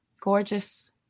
gorgeous